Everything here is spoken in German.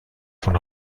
von